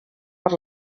per